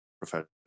professional